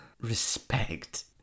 respect